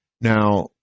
Now